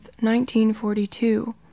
1942